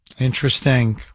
Interesting